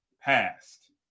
passed